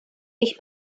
ich